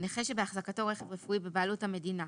(ז)נכה שבהחזקתו רכב רפואי בבעלות המדינה,